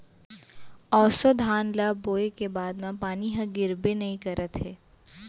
ऑसो धान ल बोए के बाद म पानी ह गिरबे नइ करत हे